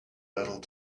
little